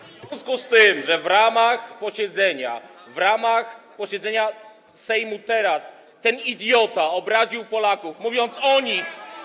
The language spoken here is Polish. W związku z tym, że w ramach posiedzenia, w ramach posiedzenia Sejmu teraz, ten idiota obraził Polaków, mówiąc o nich.